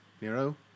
Nero